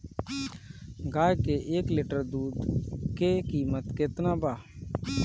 गाय के एक लिटर दूध के कीमत केतना बा?